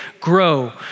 grow